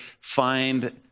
find